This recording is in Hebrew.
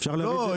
לא,